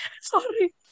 sorry